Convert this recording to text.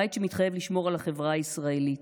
בית שמתחייב לשמור על החברה הישראלית,